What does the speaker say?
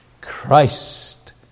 Christ